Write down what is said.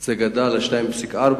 זה גדל ל-2.4,